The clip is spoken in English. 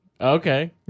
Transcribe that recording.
Okay